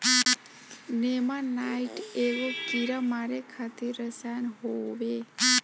नेमानाइट एगो कीड़ा मारे खातिर रसायन होवे